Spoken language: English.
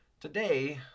Today